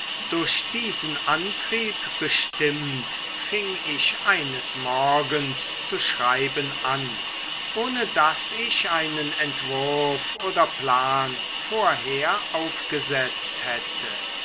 durch diesen antrieb bestimmt fing ich eines morgens zu schreiben an ohne daß ich einen entwurf oder plan vorher aufgesetzt hätte